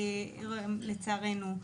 לצערנו,